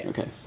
Okay